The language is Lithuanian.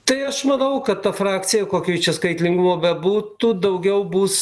tai aš manau kad ta frakcija kokio ji čia skaitlingumo bebūtų daugiau bus